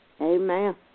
Amen